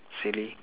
silly